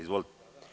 Izvolite.